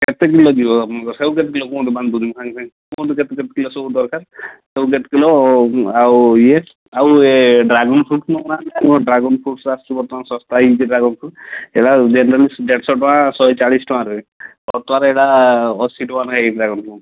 କେତେ କିଲୋ ଯିବ ସେଉ କେତେ କିଲୋ କୁହନ୍ତୁ ବାନ୍ଧି ଦେଉଛି ମୁଁ ସାଙ୍ଗେସାଙ୍ଗେ କୁହନ୍ତୁ କେତେ କେତେ କିଲୋ ସବୁ ଦରକାର ସେଉ କେତେ କିଲୋ ଆଉ ଇଏ ଆଉ ଏ ଡ୍ରାଗନ୍ ଫ୍ରୁଟ୍ ନେଉନାହାନ୍ତି ଆମର ଡ୍ରାଗନ୍ ଫ୍ରୁଟ୍ ଆସୁଛି ବର୍ତ୍ତମାନ ଶସ୍ତା ହେଇଯାଇଛି ଡ୍ରାଗନ୍ ଫ୍ରୁଟ୍ ସେଇଡ଼ା ଦେଢ଼ଶହ ଶହେ ଚାଳିଶ ଟଙ୍କାରେ ବର୍ତ୍ତମାନ ଏଇଟା ଅଶୀ ଟଙ୍କା ହେଇଯାଇଛି ଡ୍ରାଗନ୍ ଫ୍ରୁଟ୍